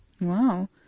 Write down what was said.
Wow